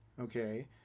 Okay